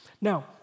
Now